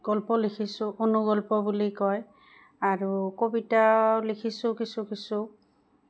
গল্প লিখিছোঁ অনুগল্প বুলি কয় আৰু কবিতাও লিখিছোঁ কিছু কিছু